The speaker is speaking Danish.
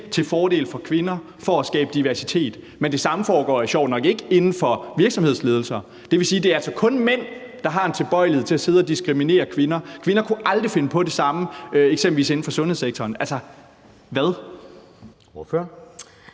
mænd frem for kvinder for at skabe diversitet, men det samme foregår jo sjovt nok ikke inden for virksomhedsledelser. Det vil sige, at det altså kun er mænd, der har en tilbøjelighed til at sidde og diskriminere kvinder, mens kvinder aldrig kunne finde på det samme, eksempelvis inden for sundhedssektoren. Altså, hvad?